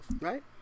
Right